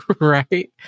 right